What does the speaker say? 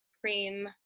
cream